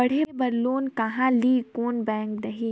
पढ़े बर लोन कहा ली? कोन बैंक देही?